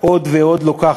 עוד ועוד לוקחת,